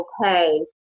okay